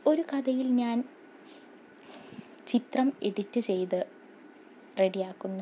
ഒരു കഥയിൽ ഞാൻ ചിത്രം എഡിറ്റ് ചെയ്തു റെഡിയാക്കുന്നു